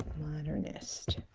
modernist